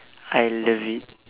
I love it